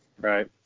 Right